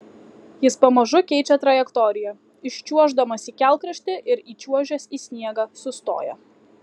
jis pamažu keičia trajektoriją iščiuoždamas į kelkraštį ir įčiuožęs į sniegą sustoja